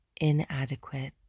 inadequate